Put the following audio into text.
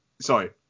Sorry